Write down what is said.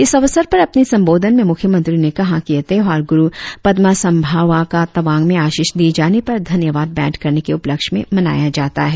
इस अवसर पर अपने संबोधन में मुख्यमंत्री ने कहा कि यह त्यौहार गुरु पद्यमासामभावा का तावांग में आषिश दिए जाने पर धन्यावाद भेंट करने के उपलक्ष में मनाया जाता है